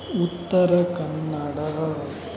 Uttara Kannada